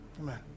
Amen